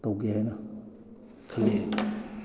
ꯇꯧꯒꯦ ꯍꯥꯏꯅ ꯈꯜꯂꯤ